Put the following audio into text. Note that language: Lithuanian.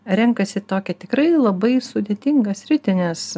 renkasi tokią tikrai labai sudėtingą sritį nes